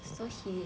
so he